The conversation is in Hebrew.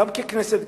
גם ככנסת,